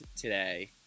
today